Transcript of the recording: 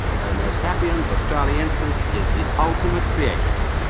homo sapiens australiensis is the ultimate creation,